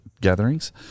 gatherings